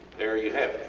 there you have it.